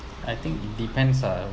I think it depends ah